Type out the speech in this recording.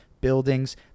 buildings